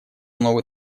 новый